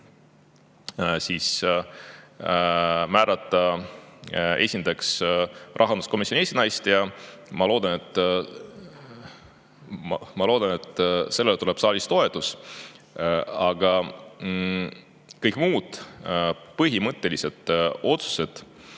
määrata esindajaks rahanduskomisjoni esinaine ja ma loodan, et sellele tuleb saalis toetus. Aga kõik muud põhimõttelised otsused,